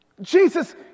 Jesus